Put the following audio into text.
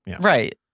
Right